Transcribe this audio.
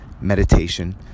meditation